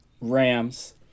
Rams